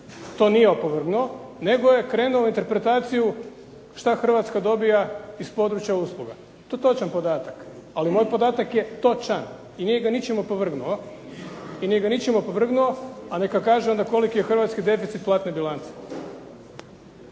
to nije opovrgnuo, nego je krenuo u interpretaciju što Hrvatska dobiva iz područja usluga. To je točan podatak, ali moj podatak je točan i nije ga ničim opovrgnuo, a neka kaže onda koliki je hrvatski deficit platne bilance